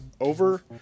over